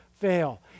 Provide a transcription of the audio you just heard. fail